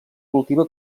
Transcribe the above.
cultiva